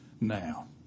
now